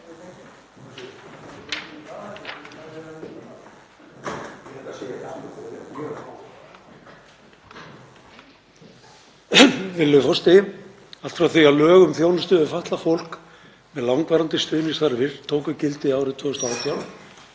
Virðulegur forseti. Allt frá því að lög um þjónustu við fatlað fólk með langvarandi stuðningsþarfir tóku gildi árið 2018